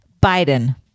Biden